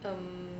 um